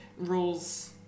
rules